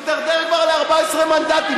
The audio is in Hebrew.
מידרדר כבר ל-14 מנדטים.